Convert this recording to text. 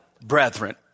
brethren